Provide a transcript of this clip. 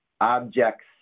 objects